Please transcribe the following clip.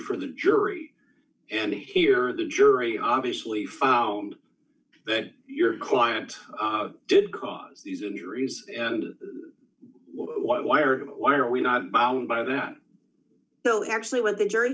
for the jury and here the jury obviously found that your client did cause these injuries and why why or why are we not bound by that well actually what the jury